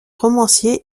romancier